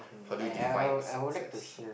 how do you define success